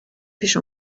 پیش